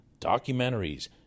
documentaries